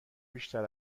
بیشتر